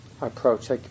Approach